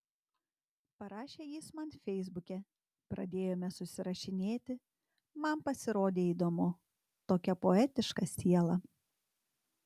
parašė jis man feisbuke pradėjome susirašinėti man pasirodė įdomu tokia poetiška siela